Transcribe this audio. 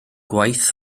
gwaith